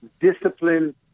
discipline